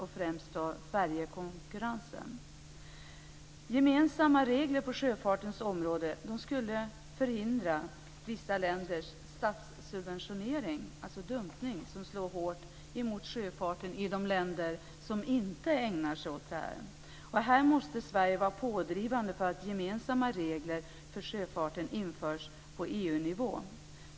Det gäller främst färjekonkurrensen. Gemensamma regler på sjöfartens område skulle förhindra vissa länders statssubventionering, dvs. dumpning, som slår hårt mot sjöfarten i de länder som inte ägnar sig åt sådant. Här måste Sverige vara pådrivande för att gemensamma regler för sjöfarten införs på EU-nivå.